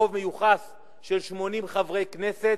את הקווים ברוב מיוחס של 80 חברי כנסת.